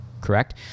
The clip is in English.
Correct